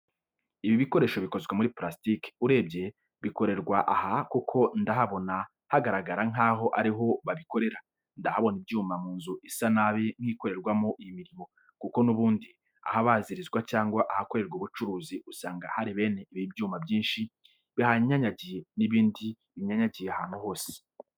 Ibi bikoresho bikozwe muri purasitike, urebye bikorerwa aha kuko ndahabona hagaragara nkaho ariho babikorera. Ndahabona ibyuma mu nzu isa nabi nk'ikorerwamo iyi mirimo. kuko n'ubundi ahabarizwa cyangwa ahakorerwa ubucuzi usanga hari bene ibi byuma byinshi bihanyanyagiye n'ibindi binyanyagiye ahantu hose.